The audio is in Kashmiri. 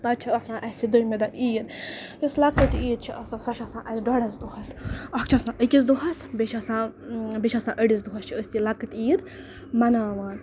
پَتہٕ چھِ آسان اَسہِ دوٚیِمہِ دۄہ عیٖد یۄس لۄکٕٹ عیٖد چھِ آسان سۄ چھِ آسان اَسہِ ڈۄڈَس دۄہَس اَکھ چھِ آسان أکِس دۄہَس بیٚیہِ چھِ آسان بیٚیہِ چھِ آسان أڑِس دۄہَس چھِ أسۍ یہِ لۄکٕٹ عیٖد مَناوان